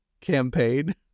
campaign